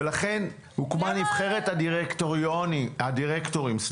ולכן הוקמה נבחרת, הדירקטורים.